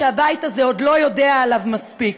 והבית הזה לא יודע עליו מספיק.